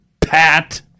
Pat